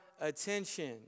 attention